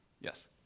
Yes